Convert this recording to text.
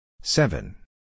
Seven